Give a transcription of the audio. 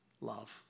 love